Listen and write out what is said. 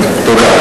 תודה.